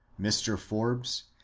mr. forbes,